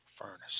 furnace